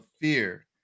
fear